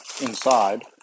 inside